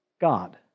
God